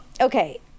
Okay